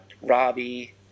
Robbie